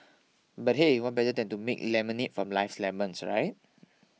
but hey what better than to make lemonade from life's lemons right